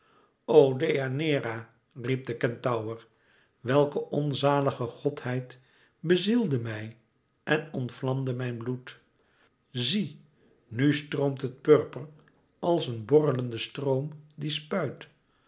deianeira riep de kentaur welke onzalige godheid bezielde mij en ontvlamde mijn bloed zie nu stroomt het purper als een borrelende bron die spuit